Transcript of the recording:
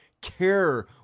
care